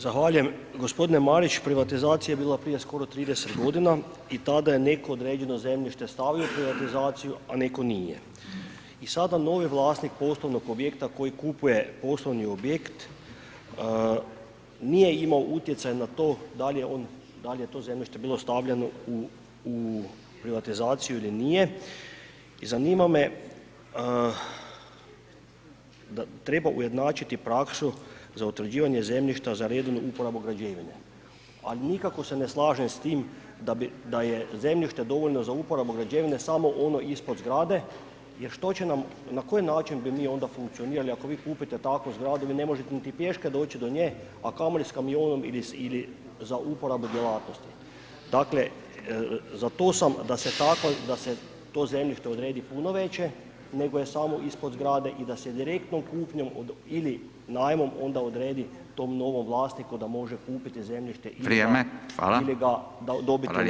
Zahvaljujem. g. Marić, privatizacija je bila prije skoro 30.g. i tada je neko određeno zemljište stavio u privatizaciju, a neko nije i sada novi vlasnik poslovnog objekata koji kupuje poslovni objekt nije imao utjecaj na to dal je on, dal je to zemljište bilo stavljeno u, u privatizaciju ili nije i zanima me da treba ujednačiti praksu za utvrđivanje zemljišta za redovnu uporabu građevine, a nikako se ne slažem s tim da je zemljište dovoljno za uporabu građevine samo ono ispod zgrade jer što će nam, na koji način bi mi onda funkcionirali, ako vi kupite takvu zgradu vi ne možete niti pješke doći do nje, a kamoli s kamionom ili za uporabu djelatnosti, dakle za to sam da se tako, da se to zemljište odredi puno veće nego je samo ispod zgrade i da se direktnom kupnjom od ili najmom onda odredi tom novom vlasniku da može kupiti zemljište [[Upadica: Vrijeme]] ili ga, ili ga dobiti [[Upadica: Fala lijepa]] u najam.